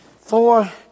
four